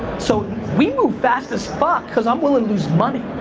so we move fast as fuck, cause i'm willin to lose money.